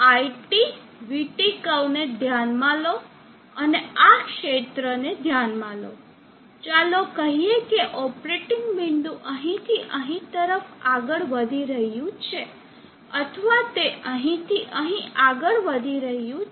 આ iT vT curve ને ધ્યાનમાં લો અને આ ક્ષેત્રને ધ્યાનમાં લો ચાલો કહીએ કે ઓપરેટિંગ બિંદુ અહીંથી અહીં તરફ આગળ વધી રહ્યું છે અથવા તે અહીંથી અહીં આગળ વધી રહ્યું છે